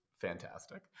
Fantastic